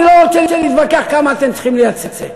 אני לא רוצה להתווכח כמה אתם צריכים לייצא.